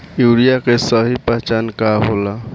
Urea के सही पहचान का होला?